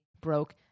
broke